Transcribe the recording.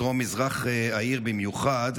דרום-מזרח העיר במיוחד,